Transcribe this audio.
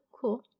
cool